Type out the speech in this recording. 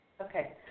Okay